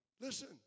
Listen